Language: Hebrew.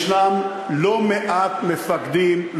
יש לא מעט מפקדים,